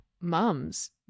mums